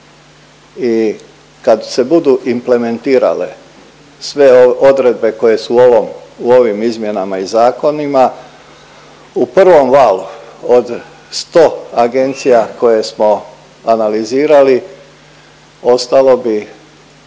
i kad se budu implementirale sve odredbe koje su u ovom, u ovim izmjenama i zakonima u prvom valu od 100 agencija koje smo analizirali ostalo bi